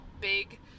big